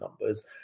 numbers